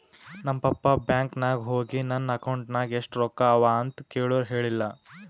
ನಮ್ papa bank ನಾಗ್ ಹೋಗಿ ನನ್ ಅಕೌಂಟ್ ನಾಗ್ ಎಷ್ಟ ರೊಕ್ಕಾ ಅವಾ ಅಂತ್ ಕೇಳುರ್ ಹೇಳಿಲ್ಲ